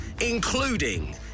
including